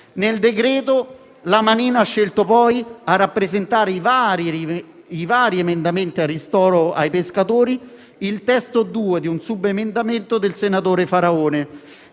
Nel decreto, la manina ha scelto poi, a rappresentare i vari emendamenti al ristoro per i pescatori, il testo 2 di un subemendamento del senatore Faraone,